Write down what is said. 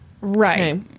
Right